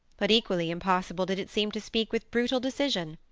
but equally impossible did it seem to speak with brutal decision.